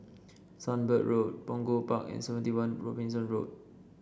Sunbird Road Punggol Park and Seventy One Robinson Road